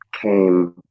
came